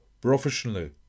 professionally